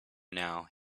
now